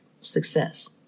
success